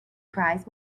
cries